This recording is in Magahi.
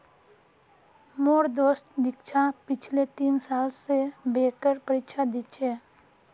मोर दोस्त दीक्षा पिछले तीन साल स बैंकेर परीक्षा दी छ